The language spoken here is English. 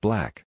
Black